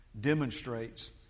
demonstrates